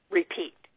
repeat